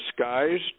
skies